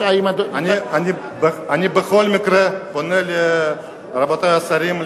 אני בכל מקרה פונה לרבותי השרים,